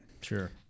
Sure